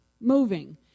moving